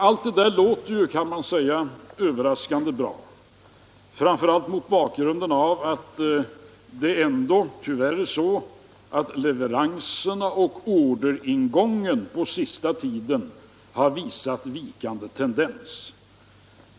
Allt detta låter överraskande bra, framför allt mot bakgrunden av att leveranserna och orderingången tyvärr på senaste tiden visat vikande tendens.